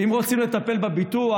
ואם רוצים לטפל בביטוח,